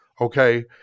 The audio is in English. okay